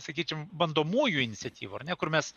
sakykim bandomųjų iniciatyvų ar ne kur mes